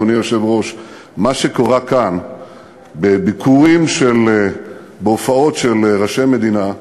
אדוני היושב-ראש: מה שקרה כאן בביקורים ובהופעות של ראשי מדינה,